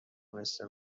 مثل